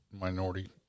minority